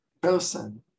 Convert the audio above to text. person